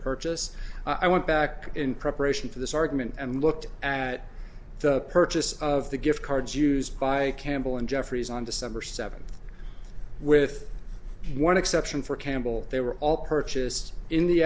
purchase i went back in preparation for this argument and looked at the purchase of the gift cards used by campbell and jeffries on december seventh with one section for campbell they were all purchased in the